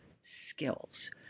skills